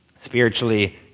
spiritually